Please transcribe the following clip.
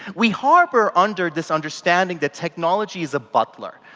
we harbour under this understanding that technology is a butler,